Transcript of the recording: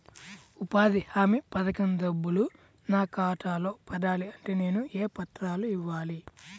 ఉపాధి హామీ పథకం డబ్బులు నా ఖాతాలో పడాలి అంటే నేను ఏ పత్రాలు ఇవ్వాలి?